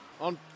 on